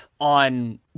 on